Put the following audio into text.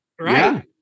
Right